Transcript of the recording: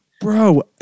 Bro